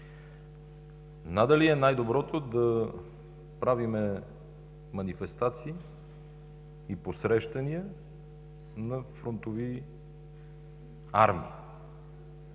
надали е най-доброто да правим манифестации и посрещания на фронтови армии.